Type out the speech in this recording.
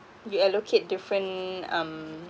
you allocate different um